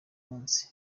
munsi